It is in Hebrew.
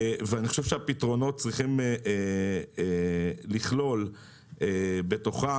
ואני חושב שהפתרונות צריכים לכלול בתוכם